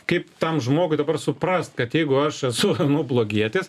kaip tam žmogui dabar suprast kad jeigu aš esu nu blogietis